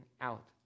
out